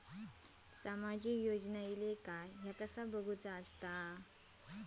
सामाजिक योजना इले काय कसा बघुचा?